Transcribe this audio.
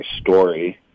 story